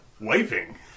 wiping